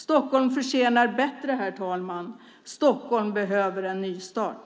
Stockholm förtjänar bättre, herr talman. Stockholm behöver en nystart.